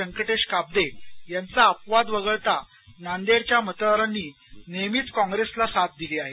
व्यंकटेश काब्दे यांचा अपवाद वगळता नांदेडच्या मतदारांनी नेहमीच काँग्रेसला साथ दिली आहे